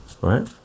right